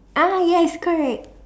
ah yes correct